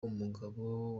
umugabo